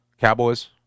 Cowboys